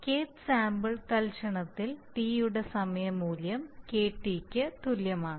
അതിനാൽ Kth sample തൽക്ഷണത്തിൽ Tയുടെ സമയ മൂല്യം ക്ക് തുല്യമാണ്